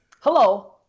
Hello